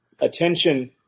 attention